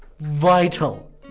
vital